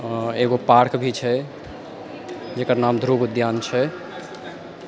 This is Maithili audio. हँ एगो पार्क भी छै जेकर नाम ध्रुव उद्यान छै